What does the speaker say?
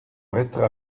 restera